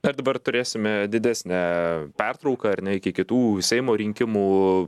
dar dabar turėsime didesnę pertrauką ar ne iki kitų seimo rinkimų